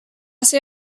ser